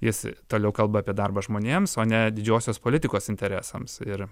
jis toliau kalba apie darbą žmonėms o ne didžiosios politikos interesams ir